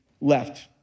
left